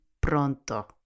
pronto